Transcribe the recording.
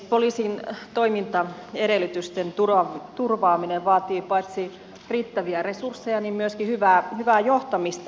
poliisin toimintaedellytysten turvaaminen vaatii paitsi riittäviä resursseja myöskin hyvää johtamista